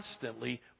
constantly